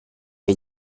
que